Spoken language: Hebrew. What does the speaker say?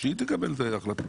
שהיא תקבל החלטות.